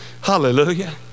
Hallelujah